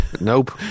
Nope